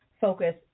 focus